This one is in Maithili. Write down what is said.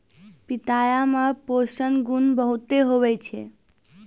पिताया मे पोषण गुण बहुते हुवै छै